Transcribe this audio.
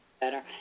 better